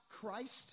Christ